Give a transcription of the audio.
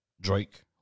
Drake